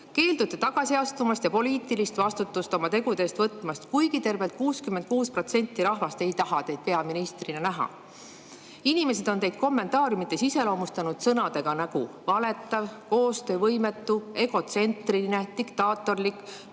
Keeldute tagasi astumast ja võtmast poliitilist vastutust oma tegude eest, kuigi tervelt 66% rahvast ei taha teid peaministrina näha. Inimesed on teid kommentaariumites iseloomustanud selliste sõnadega nagu valetav, koostöövõimetu, egotsentriline, diktaatorlik,